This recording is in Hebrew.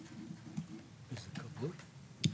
(באמצעות מצגת)